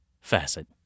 facet